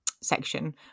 section